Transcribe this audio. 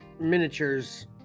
miniatures